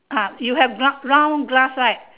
ah you have round round glass right